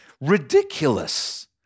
ridiculous